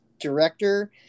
director